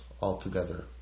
altogether